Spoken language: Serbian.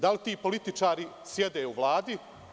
Da li ti političari sede u Vladi?